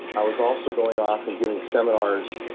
i was also going off and giving seminars